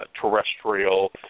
terrestrial